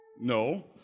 No